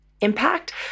impact